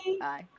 Bye